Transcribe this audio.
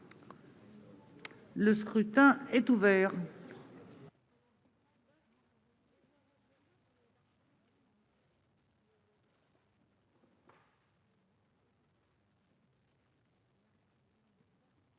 Le scrutin est ouvert.